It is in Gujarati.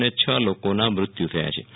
અને છ લોકોના મૃત્યુ થયાછે